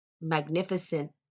magnificent